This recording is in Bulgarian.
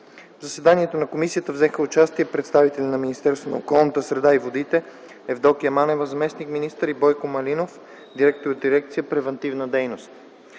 В заседанието на Комисията взеха участие представители на Министерството на околната среда и водите – Евдокия Манева – заместник-министър, и Бойко Малинов – директор на Дирекция „Превантивна дейност”.